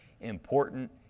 important